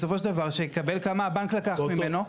בסופו של דבר שיקבל כמה הבנק לקח ממנו.